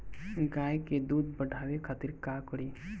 गाय के दूध बढ़ावे खातिर का करी?